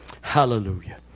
Hallelujah